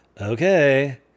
okay